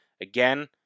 again